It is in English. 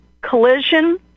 collision